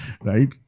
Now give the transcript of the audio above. Right